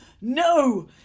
no